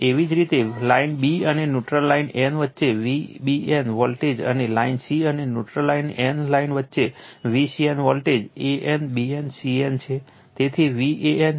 એવી જ રીતે લાઇન b અને ન્યુટ્રલ લાઇન n વચ્ચે Vbn વોલ્ટેજ અને લાઇન c અને ન્યુટ્રલ લાઇન n લાઇન વચ્ચે Vcn voltage a n b n c n છે